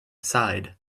side